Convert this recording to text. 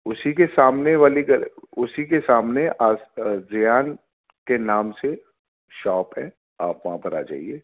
اسی کے سامنے والی اسی کے سامنے ریحان کے نام سے شوپ ہے آپ وہاں پر آجائیے